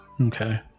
Okay